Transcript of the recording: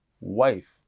wife